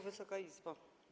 Wysoka Izbo!